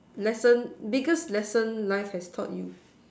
lesson biggest lesson life has taught you